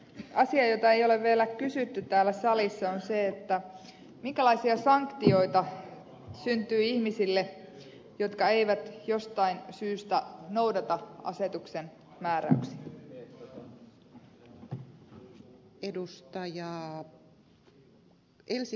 asia jota ei ole vielä kysytty täällä salissa on se minkälaisia sanktioita syntyy ihmisille jotka eivät jostain syystä noudata asetuksen määräyksiä